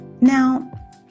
now